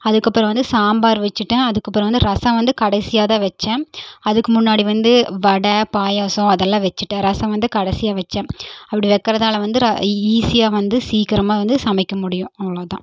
அதுக்கப்புறம் வந்து சாம்பார் வச்சிட்டேன் அதுக்கப்புறம் வந்து ரசம் வந்து கடைசியாக தான் வச்சேன் அதுக்கு முன்னாடி வந்து வடை பாயாசம் அதெல்லாம் வச்சிட்டேன் ரசம் வந்து கடைசியாக வச்சேன் அப்படி வைக்கிறதால வந்து ர ஈஸியாக வந்து சீக்கிரமாக வந்து சமைக்க முடியும் அவ்வளோ தான்